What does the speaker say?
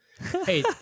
hey